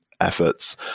efforts